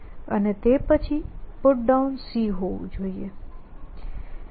અને તે પછી PutDown હોવું જોઈએ